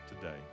today